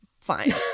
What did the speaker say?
fine